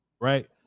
Right